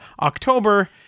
October